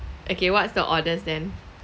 okay what's the orders then